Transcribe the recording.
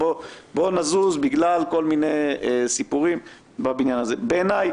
בעיניי,